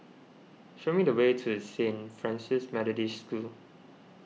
show me the way to Saint Francis Methodist School